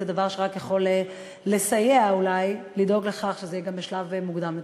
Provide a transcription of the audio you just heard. זה דבר שרק יכול לסייע אולי בדאגה לכך שזה גם יהיה בשלב מוקדם יותר.